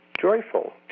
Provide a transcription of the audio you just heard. joyful